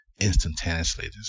instantaneously